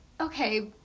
Okay